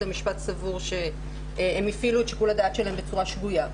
המשפט סבור שהם הפעילו את שיקול הדעת שלהם בצורה שגויה,